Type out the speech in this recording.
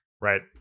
right